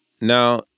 Now